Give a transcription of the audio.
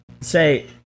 say